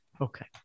Okay